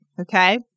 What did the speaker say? Okay